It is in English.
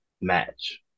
match